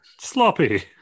Sloppy